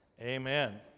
Amen